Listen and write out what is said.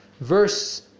verse